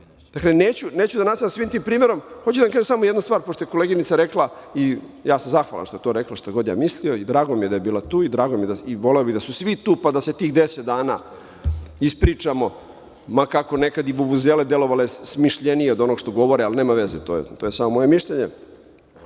Neću da nastavljam sa tim primerom. Hoću da vam kažem samo jednu stvar, pošto je koleginica rekla i ja sam zahvalan što je to rekla, šta god ja mislio i drago mi je da je bila tu i voleo bih da su svi tu pa da se svih 10 dana ispričamo, ma kako nekada i vuvuzele delovale smišljenije od onog što govore, ali nema veze, to je samo moje mišljenje. Moj